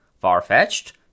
Far-fetched